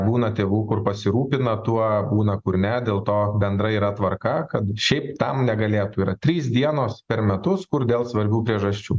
būna tėvų kur pasirūpina tuo būna kur ne dėl to bendra yra tvarka kad šiaip tam negalėtų yra trys dienos per metus kur dėl svarbių priežasčių